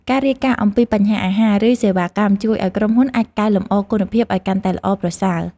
ការរាយការណ៍អំពីបញ្ហាអាហារ ឬសេវាកម្មជួយឱ្យក្រុមហ៊ុនអាចកែលម្អគុណភាពឱ្យកាន់តែល្អប្រសើរ។